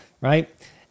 right